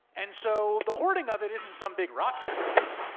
and so the hoarding of it isn't some big rocket science,